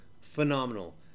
phenomenal